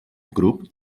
grup